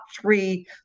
three